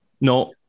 no